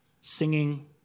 Singing